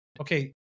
okay